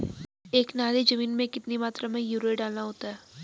एक नाली जमीन में कितनी मात्रा में यूरिया डालना होता है?